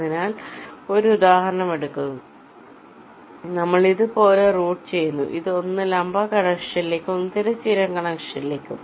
അതിനാൽ ഞാൻ ഒരു ഉദാഹരണം നൽകുന്നു നമ്മൾ ഇത് ഇതുപോലെ റൂട്ട് ചെയ്യുന്നു ഒന്ന് ലംബ കണക്ഷനിലേക്കും ഒരു തിരശ്ചീന കണക്ഷനിലേക്കും